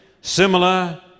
similar